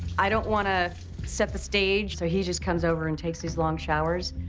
i don't want to set the stage. so, he just comes over and takes these long showers.